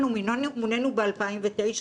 אנחנו מונינו ב-2009,